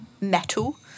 metal